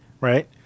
right